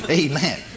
Amen